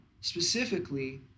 Specifically